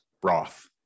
broth